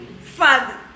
Father